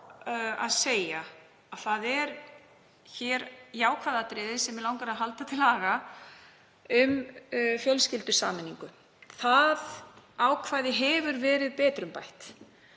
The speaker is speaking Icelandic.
að segja að hér eru jákvæð atriði sem mig langar að halda til haga um fjölskyldusameiningu. Það ákvæði hefur verið betrumbætt.